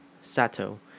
Sato